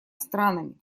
странами